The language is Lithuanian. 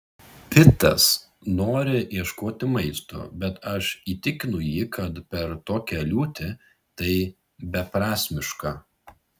pitas nori ieškoti maisto bet aš įtikinu jį kad per tokią liūtį tai beprasmiška